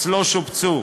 שאצלו שובצו.